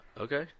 okay